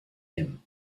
him